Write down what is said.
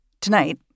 Tonight